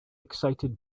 excited